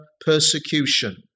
persecution